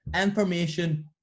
Information